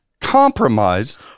compromise